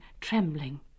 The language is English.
trembling